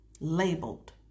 labeled